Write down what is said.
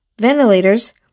ventilators